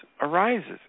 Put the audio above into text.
arises